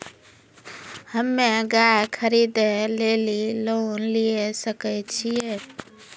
हम्मे गाय खरीदे लेली लोन लिये सकय छियै?